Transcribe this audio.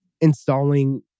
installing